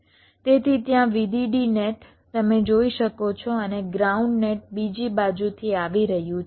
તેથી ત્યાં VDD net તમે જોઈ શકો છો અને ગ્રાઉન્ડ નેટ બીજી બાજુથી આવી રહ્યું છે